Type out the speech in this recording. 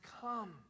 come